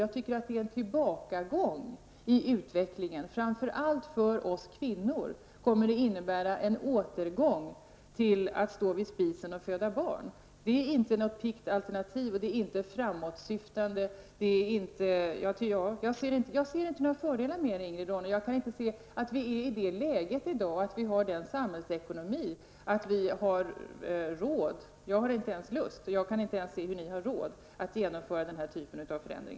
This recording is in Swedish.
Jag tycker det är en tillbakagång i utvecklingen, framför allt för oss kvinnor. Det kommer att innebära en återgång till att stå vid spisen och föda barn. Det är inte något piggt alternativ, och det är inte framåtsyftande. Jag ser inte några fördelar med det, Ingrid Ronne-Björkqvist. Vi har inte sådan samhällsekonomi i dag att vi har råd. Jag har inte ens lust, och jag kan inte se hur ni har råd att genomföra denna typ av förändring.